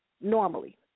normally